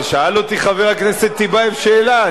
אבל שאל אותי חבר הכנסת טיבייב שאלה.